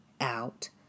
out